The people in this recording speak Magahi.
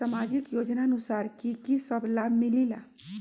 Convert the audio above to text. समाजिक योजनानुसार कि कि सब लाब मिलीला?